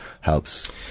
helps